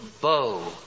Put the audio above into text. bow